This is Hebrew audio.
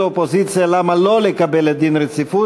האופוזיציה למה לא לקבל דין רציפות.